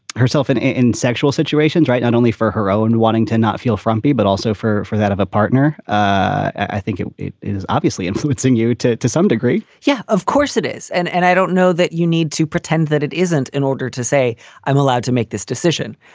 herself in in sexual situations. right. not only for her own wanting to not feel frumpy, but also for for that of a partner, i think is obviously influencing you to to some degree yeah, of course it is. and and i don't know that you need to pretend that it isn't in order to say i'm allowed to make this decision.